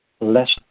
less